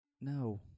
No